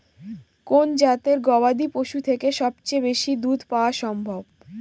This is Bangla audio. কোন জাতের গবাদী পশু থেকে সবচেয়ে বেশি দুধ পাওয়া সম্ভব?